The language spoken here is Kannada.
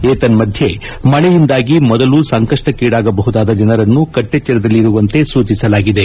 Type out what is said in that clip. ಏತನ್ನಥ್ಯ ಮಳೆಯುಂದಾಗಿ ಮೊದಲು ಸಂಕಷ್ಟಕ್ಕೀಡಾಗಬಹುದಾದ ಜನರನ್ನು ಕಟ್ಟೆಚ್ಚರದಲ್ಲಿರುವಂತೆ ಸೂಚಿಸಲಾಗಿದೆ